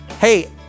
hey